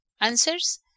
answers